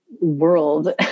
world